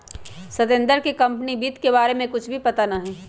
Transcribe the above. सत्येंद्र के कंपनी वित्त के बारे में कुछ भी पता ना हई